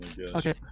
Okay